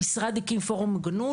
המשרד הקים פורום מוגנות,